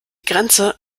grenze